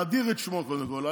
מאדיר את שמו קודם כול,